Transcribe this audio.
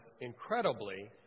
incredibly